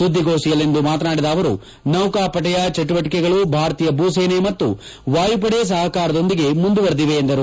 ಸುದ್ದಿಗೋಷ್ನಿಯಲ್ಲಿಂದು ಮಾತನಾಡಿದ ಅವರು ನೌಕಾಪಡೆಯ ಚಟುವಟಿಕೆಗಳು ಭಾರತೀಯ ಭೂಸೇನೆ ಮತ್ತು ವಾಯುಪಡೆ ಸಹಕಾರದೊಂದಿಗೆ ಮುಂದುವರೆದಿವೆ ಎಂದರು